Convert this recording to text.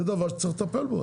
זה דבר שצריך לטפל בו.